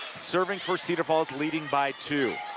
serving for cedar falls, leading by two